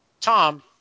Tom